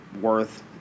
worth